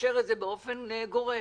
באופן גורף.